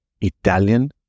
italian